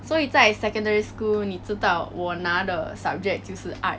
所以在 secondary school 你知道我拿的 subject 就是 art